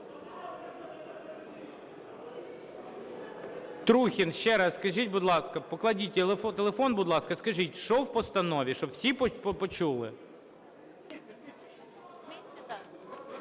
Трухін, ще раз скажіть, будь ласка. Покладіть телефон, будь ласка, і скажіть, що в постанові, щоб всі почули.